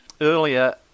earlier